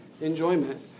enjoyment